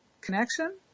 connection